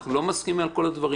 אנחנו לא מסכימים על כל הדברים.